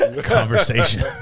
conversation